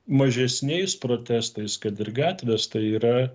mažesniais protestais kad ir gatvės tai yra